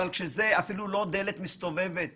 אבל כשזה אפילו לא דלת מסתובבת